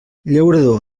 llaurador